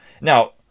Now